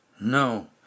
No